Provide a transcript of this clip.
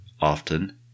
often